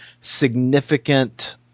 significant